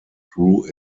through